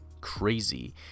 Crazy